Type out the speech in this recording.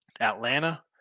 Atlanta